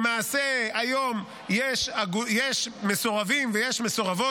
למעשה היום יש מסורבים ויש מסורבות,